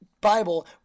Bible